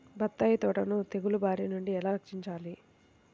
బత్తాయి తోటను తెగులు బారి నుండి ఎలా రక్షించాలి?